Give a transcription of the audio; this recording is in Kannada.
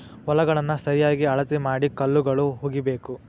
ಹೊಲಗಳನ್ನಾ ಸರಿಯಾಗಿ ಅಳತಿ ಮಾಡಿ ಕಲ್ಲುಗಳು ಹುಗಿಬೇಕು